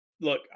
look